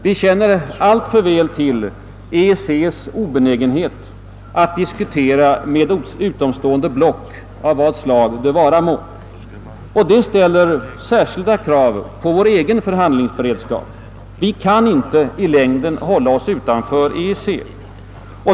Vi känner alltför väl till EEC:s obenägenhet att diskutera med utomstående block av vad slag de vara må. Detta ställer särskilda krav på vår förhandlingsberedskap. Vi kan inte i längden hålla oss utanför EEC.